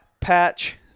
patch